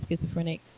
schizophrenic